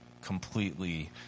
completely